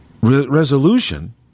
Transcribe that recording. resolution